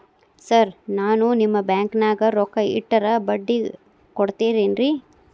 Sir ನಾನು ನಿಮ್ಮ ಬ್ಯಾಂಕನಾಗ ರೊಕ್ಕ ಇಟ್ಟರ ಬಡ್ಡಿ ಕೊಡತೇರೇನ್ರಿ?